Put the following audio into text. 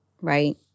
right